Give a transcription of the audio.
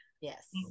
Yes